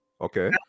Okay